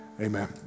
amen